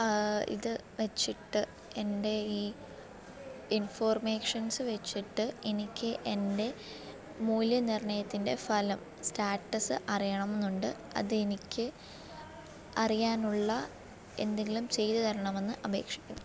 ഇത് വച്ചിട്ട് എൻ്റെ ഈ ഇൻഫൊർമേഷൻസ് വച്ചിട്ട് എനിക്ക് എൻ്റെ മൂല്യനിർണയത്തിൻ്റെ ഫലം സ്റ്റാറ്റസ് അറിയണം എന്നുണ്ട് അത് എനിക്ക് അറിയാനുള്ള എന്തെങ്കിലും ചെയ്ത് തരണമെന്ന് അപേക്ഷിക്കുന്നു